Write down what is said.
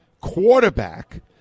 quarterback